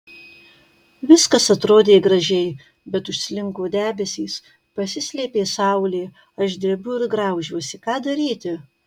viskas atrodė gražiai bet užslinko debesys pasislėpė saulė aš drebu ir graužiuosi ką daryti